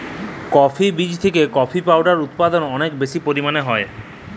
coffee বীজ থেকে coffee powder উদপাদল অলেক বেশি পরিমালে হ্যয়